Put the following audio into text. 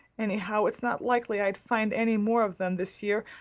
anyhow, it's not likely i'd find any more of them this year.